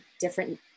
different